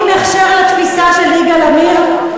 נותנים הכשר לתפיסה של יגאל עמיר,